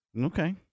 Okay